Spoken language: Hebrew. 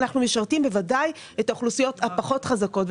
אנחנו משרתים בוודאי את האוכלוסיות הפחות חזקות,